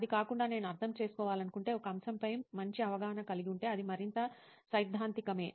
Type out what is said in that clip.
అది కాకుండా నేను అర్థం చేసుకోవాలనుకుంటే ఒక అంశంపై మంచి అవగాహన కలిగి ఉంటే అది మరింత సైద్ధాంతికమే